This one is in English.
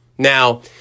Now